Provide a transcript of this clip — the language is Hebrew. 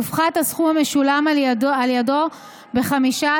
יופחת הסכום המשולם על ידו ב-15%.